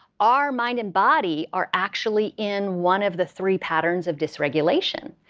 our mind and body are actually in one of the three patterns of dysregulation.